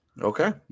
Okay